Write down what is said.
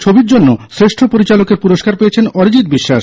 ছবির জন্য শ্রেষ্ঠ পরিচালকের পুরস্কার পেয়েছেন অরিজিত্ বিশ্বাস